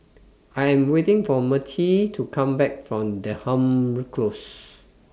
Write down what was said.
I Am waiting For Mertie to Come Back from Denham Close